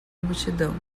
multidão